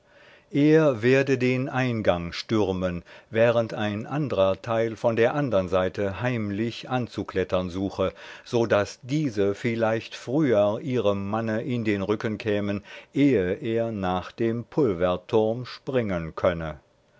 er werde den eingang stürmen während ein andrer teil von der andern seite heimlich anzuklettern suche so daß diese vielleicht früher ihrem manne in den rücken kämen ehe er nach dem pulverturm springen könne